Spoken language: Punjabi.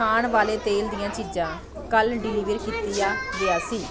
ਖਾਣ ਵਾਲੇ ਤੇਲ ਦੀਆਂ ਚੀਜ਼ਾਂ ਕੱਲ੍ਹ ਡਿਲੀਵਰ ਕੀਤੀਆਂ ਗਈਆਂ ਸੀ